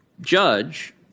judge